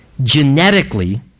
genetically